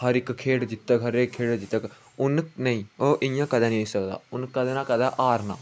हर इक खेढ जित्तग हर इक खेढ जित्तग हून नेईं इ'यां कदें नेईं होई सकदा उनें कदें ना कदें हारना